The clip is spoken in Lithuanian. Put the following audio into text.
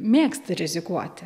mėgsti rizikuoti